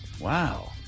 Wow